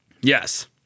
Yes